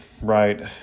right